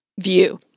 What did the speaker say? view